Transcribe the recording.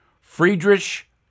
Friedrich